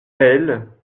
elle